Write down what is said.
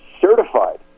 certified